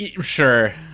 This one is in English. sure